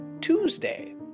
Tuesday